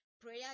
Prayer